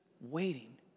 waiting